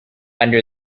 under